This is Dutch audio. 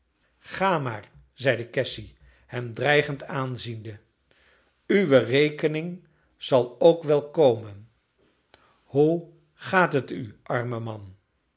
ga maar zeide cassy hem dreigend aanziende uwe rekening zal ook wel komen hoe gaat het u arme man